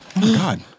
god